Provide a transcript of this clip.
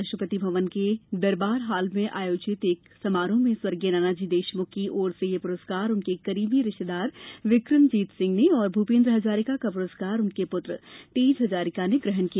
राष्ट्रपति भवन के दरबार हाल में आयोजित एक समारोह में स्वर्गीय नानाजी देशमुख की ओर से यह पुरस्कार उनके करीबी रिश्तेदार विकमजीत सिंह ने और भूपेन्द्र हजारिका का पुरस्कार उनके पुत्र तेज हजारिका ने ग्रहण किया